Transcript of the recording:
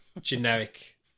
generic